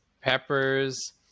peppers